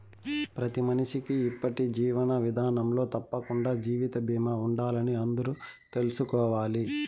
ప్రతి మనిషికీ ఇప్పటి జీవన విదానంలో తప్పకండా జీవిత బీమా ఉండాలని అందరూ తెల్సుకోవాలి